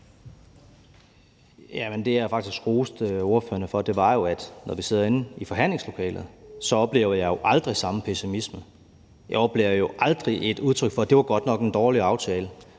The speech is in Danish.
Det, jeg faktisk roste ordførerne for, var, at når vi sidder inde i forhandlingslokalet, oplever jeg jo aldrig samme pessimisme. Jeg oplever jo aldrig, at man giver udtryk for, at det godt nok var en dårlig aftale.